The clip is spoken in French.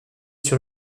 sur